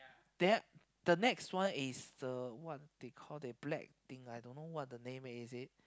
there the next one is the what they call the black thing I don't know what the name is it